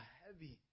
heavy